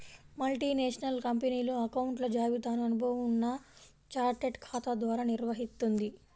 multinational కంపెనీలు అకౌంట్ల జాబితాను అనుభవం ఉన్న చార్టెడ్ ఖాతా ద్వారా నిర్వహిత్తుంది